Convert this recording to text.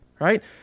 right